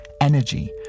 energy